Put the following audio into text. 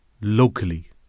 locally